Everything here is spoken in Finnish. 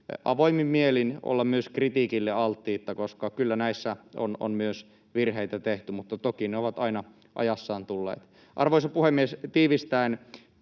avoimin mielin olla myös kritiikille alttiita, koska kyllä näissä on myös virheitä tehty, mutta toki ne ovat aina ajassaan tulleet. Arvoisa puhemies! Tiivistäen: